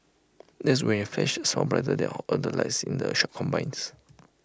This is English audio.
that's when you flash A smile brighter than all the lights in the shop combined